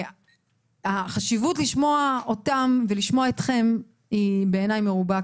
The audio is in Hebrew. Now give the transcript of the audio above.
החשיבות לשמוע אותם ואתכם היא בעיני מרובה,